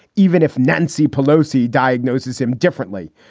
even if nancy pelosi diagnoses him differently.